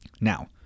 Now